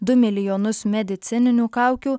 du milijonus medicininių kaukių